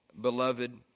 beloved